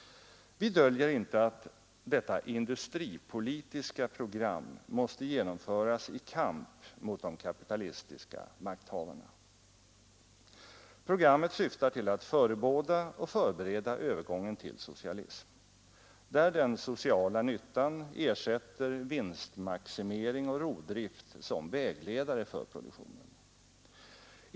Vi döljer inte att detta industripolitiska program måste genom föras i kamp mot de kapitalistiska makthavarna. Programmet syftar till att förebåda och förbereda övergången till socialism, där den sociala nyttan ersätter vinstmaximering och rovdrift som vägledare för produktionen.